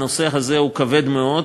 הנושא הזה הוא כבד מאוד,